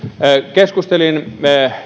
keskustelin